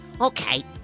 Okay